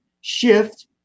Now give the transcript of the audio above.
shift